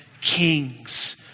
kings